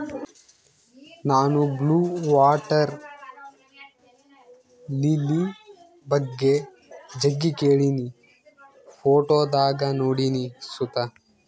ನಾನು blue water lily ಬಗ್ಗೆ ಜಗ್ಗಿ ಕೇಳಿನಿ, ಫೋಟೋದಾಗ ನೋಡಿನಿ ಸುತ